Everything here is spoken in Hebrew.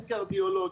אין קרדיולוג,